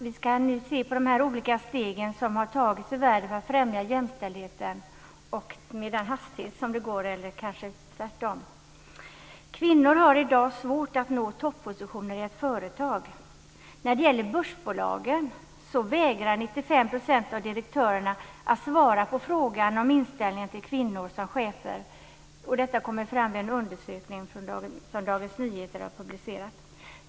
Vi kan nu se på de olika steg som har tagits i världen för att främja jämställdheten och se den hastighet det går med - eller kanske tvärtom. Kvinnor har i dag svårt att nå toppositioner i ett företag. När det gäller börsbolagen vägrar 95 % av direktörerna att svara på frågan om inställningen till kvinnor som chefer. Detta har kommit fram vid en undersökning som Dagens Nyheter har publicerat.